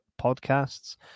podcasts